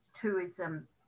tourism